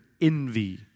envy